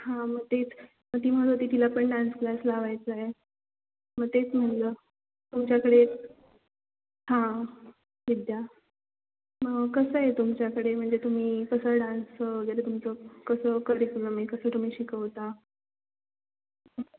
हां मग तेच मग ती म्हणत होती तिला पण डान्स क्लास लावायचं आहे मग तेच म्हणलं तुमच्याकडे हां विद्या मग कसं आहे तुमच्याकडे म्हणजे तुम्ही कसं डान्सचं वगैरे तुमचं कसं करिक्युलम आहे कसं तुम्ही शिकवता